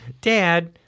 Dad